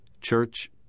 Church